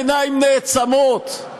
העיניים נעצמות,